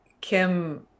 Kim